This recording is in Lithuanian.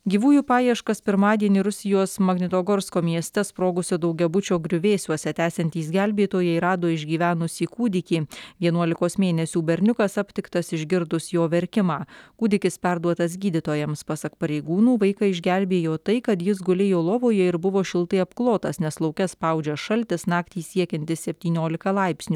gyvųjų paieškas pirmadienį rusijos magnitogorsko mieste sprogusio daugiabučio griuvėsiuose tęsiantys gelbėtojai rado išgyvenusį kūdikį vienuolikos mėnesių berniukas aptiktas išgirdus jo verkimą kūdikis perduotas gydytojams pasak pareigūnų vaiką išgelbėjo tai kad jis gulėjo lovoje ir buvo šiltai apklotas nes lauke spaudžia šaltis naktį siekiantis septyniolika laipsnių